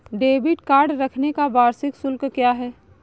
Debit card रखने का वार्षिक शुल्क क्या है?